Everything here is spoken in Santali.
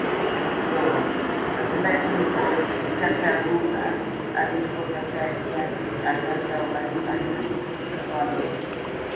ᱫᱚ ᱥᱮᱫᱟᱭ ᱠᱷᱚᱱ ᱜᱮᱠᱚ ᱪᱟᱨᱪᱟ ᱟᱹᱜᱩ ᱟᱠᱟᱫᱼᱟ ᱟᱨ ᱱᱤᱛ ᱦᱚᱸᱠᱚ ᱪᱟᱨᱪᱟᱣ ᱟᱹᱜᱩᱭᱮᱫ ᱜᱮᱭᱟ ᱟᱨ ᱪᱟᱨᱪᱟᱣ ᱟᱠᱟᱫ ᱜᱮᱠᱚ ᱛᱟᱦᱮᱱᱟ ᱱᱚᱣᱟ ᱫᱚ